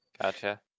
Gotcha